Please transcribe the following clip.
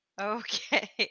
okay